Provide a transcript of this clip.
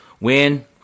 win